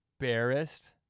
embarrassed